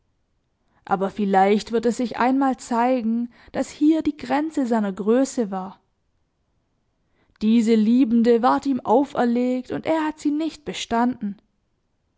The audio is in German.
aber vielleicht wird es sich einmal zeigen daß hier die grenze seiner größe war diese liebende ward ihm auferlegt und er hat sie nicht bestanden